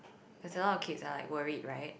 there's a lot of kids are like worried right